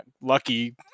lucky